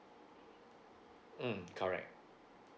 mm correct